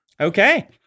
Okay